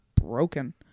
broken